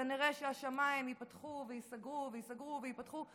כנראה שהשמיים ייפתחו וייסגרו וייסגרו וייפתחו.